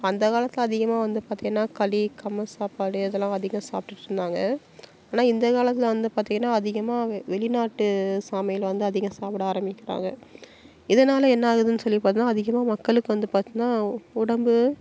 அந்த காலத்தில் அதிகமாக வந்து பார்த்திங்கன்னா களி கம்பு சாப்பாடு இதலாம் அதிகம் சாப்பிட்டுட்டு இருந்தாங்க ஆனால் இந்த காலத்தில் வந்து பார்த்திங்கன்னா அதிகமாக வெளிநாட்டு சமையல் வந்து அதிகம் சாப்பிட ஆராம்பிக்கிறாங்க இதனால் என்ன ஆகுதுன்னு சொல்லி பார்த்தோம்னா அதிகமாக மக்களுக்கு வந்து பார்த்திங்கன்னா உடம்பு